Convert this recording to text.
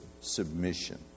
submission